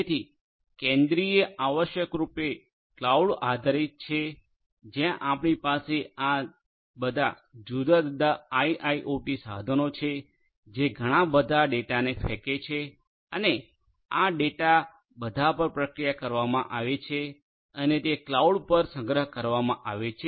તેથી કેન્દ્રીય આવશ્યકરૂપે સંપૂર્ણ ક્લાઉડ આધારિત છે જ્યાં આપણી પાસે આ બધા જુદા જુદા આઇઆઇઓટી સાધનો છે જે ઘણા બધા ડેટાને ફેંકે છે અને આ ડેટા બધા પર પ્રક્રિયા કરવામાં આવે છે અને તે ક્લાઉડ પર સંગ્રહ કરવામાં આવે છે